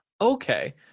Okay